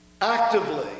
actively